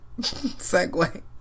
segue